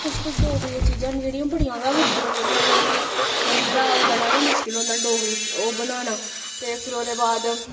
कुछ कुछ डोगरी दियां चीजां होंदियां जेहड़ियां ओह् बड़ियां गै मुश्कल होंदियां बनाना जि'यां मद्दरा ओह् बड़ा गै मुश्कल होंदा डोगरी च ओह् बनाना ते फिर ओह्दे बाद